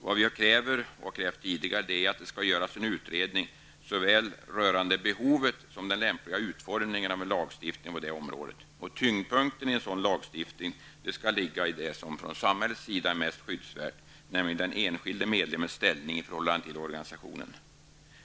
Vad vi kräver och har krävt tidigare är att det skall göras en utredning rörande såväl behovet som den lämpliga utformningen av en lagstiftning på detta område. Tyngdpunkten i en sådan lagstiftning skall ligga på det som från samhällets sida är mest skyddsvärt, nämligen den enskilde medlemmens ställning i förhållande till organisationen.